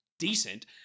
decent